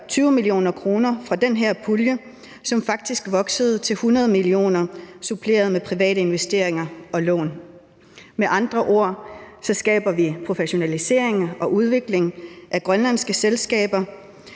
20 mio. kr. fra den her pulje, som faktisk voksede til 100 mio. kr. suppleret med private investeringer og lån. Med andre ord skaber vi professionalisering og udvikling af grønlandske selskaber,